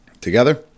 Together